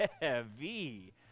Heavy